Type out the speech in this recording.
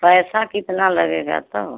पैसा कितना लगेगा तौ